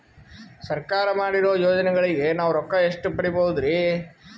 ಸರ್ಕಾರ ಮಾಡಿರೋ ಯೋಜನೆಗಳಿಗೆ ನಾವು ರೊಕ್ಕ ಎಷ್ಟು ಪಡೀಬಹುದುರಿ?